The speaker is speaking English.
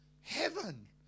heaven